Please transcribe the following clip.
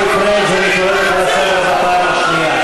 אני קורא אותך לסדר בפעם השנייה.